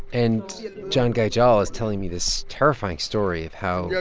and john guy jel is telling me this terrifying story of how,